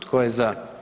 Tko je za?